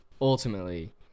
Ultimately